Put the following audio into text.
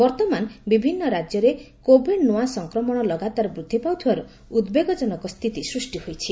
ବର୍ତ୍ତମାନ ବିଭିନ୍ନ ରାଜ୍ୟରେ କୋଭିଡ୍ ନ୍ତଆ ସଂକ୍ରମଣ ଲଗାତର ବୃଦ୍ଧି ପାଉଥିବାରୁ ଉଦ୍ବେଗଜନକ ସ୍ଥିତି ସୃଷ୍ଟି ହୋଇଛି